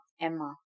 Emma